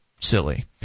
silly